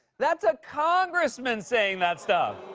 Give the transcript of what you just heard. that's a congressman saying that stuff!